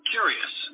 Curious